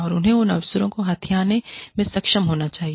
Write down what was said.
और उन्हें उन अवसरों को हथियाने में सक्षम होना चाहिए